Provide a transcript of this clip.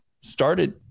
started